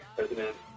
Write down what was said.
President